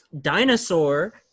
Dinosaur